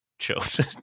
chosen